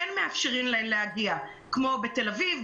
כן מאפשרים להן להגיע אם זה בתל אביב,